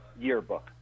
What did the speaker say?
yearbook